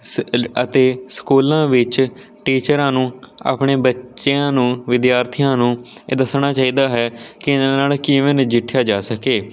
ਸ ਲ ਅਤੇ ਸਕੂਲਾਂ ਵਿੱਚ ਟੀਚਰਾਂ ਨੂੰ ਆਪਣੇ ਬੱਚਿਆਂ ਨੂੰ ਵਿਦਿਆਰਥੀਆਂ ਨੂੰ ਇਹ ਦੱਸਣਾ ਚਾਹੀਦਾ ਹੈ ਕਿ ਇਹਨਾਂ ਨਾਲ ਕਿਵੇਂ ਨਜਿੱਠਿਆ ਜਾ ਸਕੇ